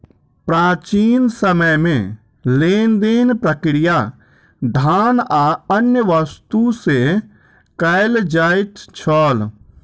प्राचीन समय में लेन देन प्रक्रिया धान आ अन्य वस्तु से कयल जाइत छल